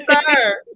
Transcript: sir